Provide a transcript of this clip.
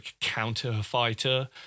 counter-fighter